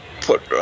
put